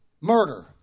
murder